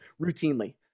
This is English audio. routinely